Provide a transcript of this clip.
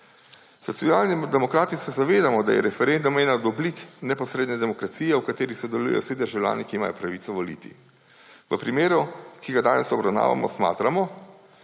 Socialni demokrati se zavedamo, da je referendum ena od oblik neposredne demokracije, v kateri sodelujejo vsi državljani, ki imajo pravico voliti. V primeru, ki ga danes obravnavamo, smatramo,